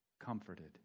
comforted